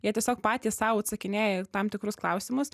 jie tiesiog patys sau atsakinėja į tam tikrus klausimus